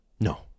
No